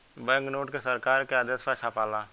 bank note के सरकार के आदेश पर छापाला